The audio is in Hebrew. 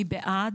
מי בעד?